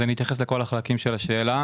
אז אני אתייחס לכל החלקים של השאלה.